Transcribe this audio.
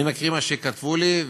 אני מקריא מה שכתבו לי,